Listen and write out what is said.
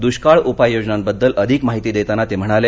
दुष्काळ उपाय योजनांबद्दल अधिक माहिती देताना ते म्हणाले